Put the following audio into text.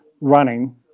running